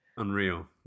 Unreal